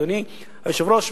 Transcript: אדוני היושב-ראש,